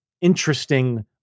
interesting